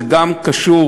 זה גם קשור